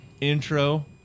intro